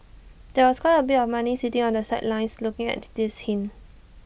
there was quite A bit of money sitting on the sidelines looking at the this hint